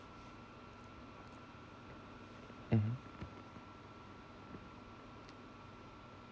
mmhmm